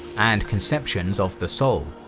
and conceptions of the soul.